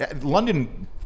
London